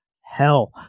hell